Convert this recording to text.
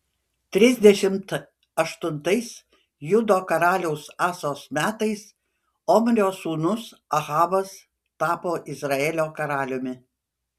trisdešimt aštuntais judo karaliaus asos metais omrio sūnus ahabas tapo izraelio karaliumi